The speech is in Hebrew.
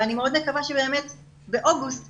אבל אני מאוד מקווה שבאמת באוגוסט